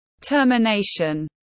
termination